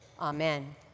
amen